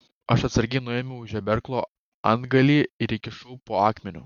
aš atsargiai nuėmiau žeberklo antgalį ir įkišau po akmeniu